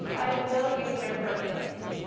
i will use their first names.